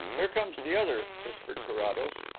here comes the other, whispered carrados.